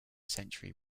century